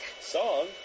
song